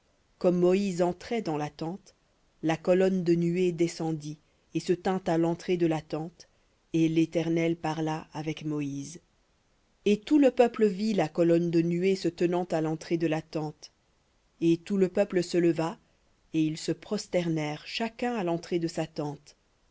comme moïse entrait dans la tente la colonne de nuée descendit et se tint à l'entrée de la tente et parla avec moïse et tout le peuple vit la colonne de nuée se tenant à l'entrée de la tente et tout le peuple se leva et ils se prosternèrent chacun à l'entrée de sa tente